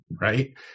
right